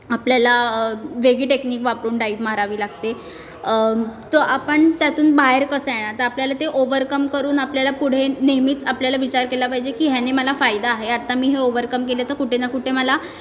आपल्याला वेगळी टेक्निक वापरून डाइव मारावी लागते तर आपण त्यातून बाहेर कसं येणार तर आपल्याला ते ओवरकम करून आपल्याला पुढे नेहमीच आपल्याला विचार केला पाहिजे की ह्याने मला फायदा आहे आत्ता मी हे ओवरकम केलं तर कुठे ना कुठे मला